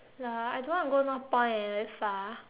ya I don't want to go Northpoint eh very far